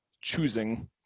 choosing